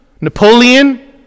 napoleon